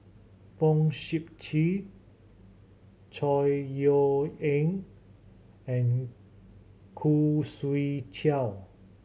Fong Sip Chee Chor Yeok Eng and Khoo Swee Chiow